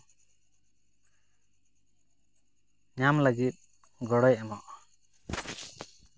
ᱧᱟᱢ ᱞᱟᱹᱜᱤᱫ ᱜᱚᱲᱚᱭ ᱮᱢᱚᱜᱼᱟ